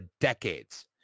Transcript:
decades